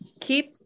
Keep